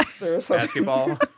Basketball